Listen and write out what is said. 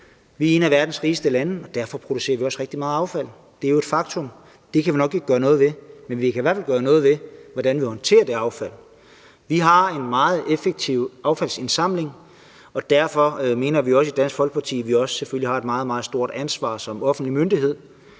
vi er et af verdens rigeste lande, og at vi derfor også producerer rigtig meget affald. Det er jo et faktum, og det kan vi nok ikke gøre noget ved, men vi kan i hvert fald gøre noget ved, hvordan vi håndterer det affald. Vi har en meget effektiv affaldsindsamling, og derfor mener vi også i Dansk Folkeparti, at man selvfølgelig har et meget, meget stort ansvar som offentlig myndighed